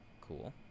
Cool